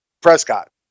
Prescott